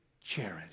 charity